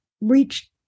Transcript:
reached